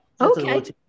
Okay